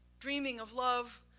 dreaming of love,